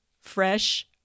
fresh